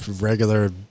regular